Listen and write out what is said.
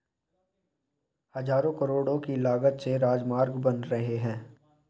हज़ारों करोड़ की लागत से राजमार्ग बन रहे हैं